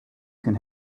can